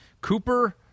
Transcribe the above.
Cooper